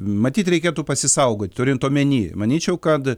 matyt reikėtų pasisaugot turint omeny manyčiau kad